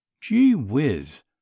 Gee-whiz